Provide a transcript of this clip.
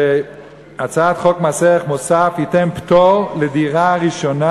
שבחוק מס ערך מוסף יינתן פטור לדירה ראשונה.